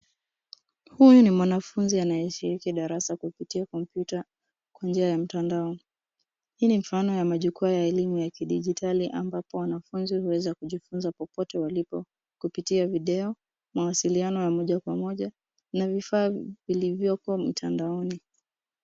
Huyu ni mwanafunzi anayeshiriki darasa kupitia kompyuta kwa njia ya mtandao. Hii ni mfano ya majukwaa ya elimu ya kidijitali ambapo wanafunzi huweza kujifunza popote walipo kupitia video, mawasiliano ya moja kwa moja na vifaa vilivyoko mtandaoni.